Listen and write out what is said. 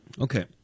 Okay